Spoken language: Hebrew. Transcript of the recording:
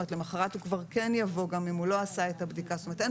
בדיקת קורונה שתוצאותיה מתקבלות מיד ובלבד שערכת הבדיקה נרשמה